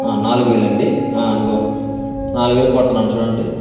నాలుగు వేలండి ఇదిగో నాలుగు వేలు కొడతన్నాను చూడండి